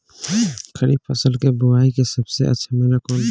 खरीफ फसल के बोआई के सबसे अच्छा महिना कौन बा?